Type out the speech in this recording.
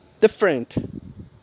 different